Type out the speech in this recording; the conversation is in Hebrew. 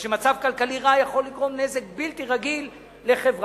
כיוון שמצב כלכלי רע יכול לגרום נזק בלתי רגיל לחברה.